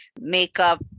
Makeup